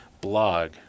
blog